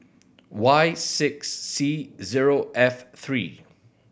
Y six C zero F three